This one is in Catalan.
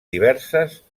diverses